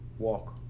walk